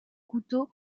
couteaux